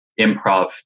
improv